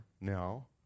now